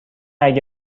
اگه